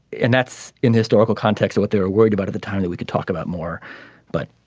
and that's in historical context what they are worried about at the time that we could talk about more but